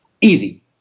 Easy